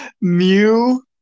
Mew